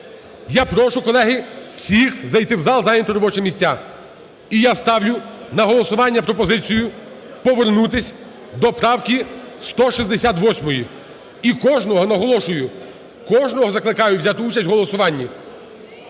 Я прошу, колеги, всіх зайти в зал і зайняти робочі місця. І я ставлю на голосування пропозицію повернутися до правки 168. І кожного, наголошую, кожного закликаю взяти участь у голосуванні.